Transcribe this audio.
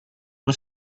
was